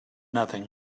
nothing